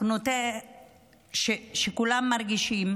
שכולם מרגישים,